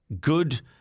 good